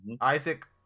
Isaac